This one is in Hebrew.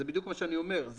זה בדיוק מה שאני אומר.